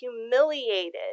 humiliated